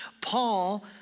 Paul